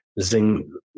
zing